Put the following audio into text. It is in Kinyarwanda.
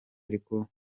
ariko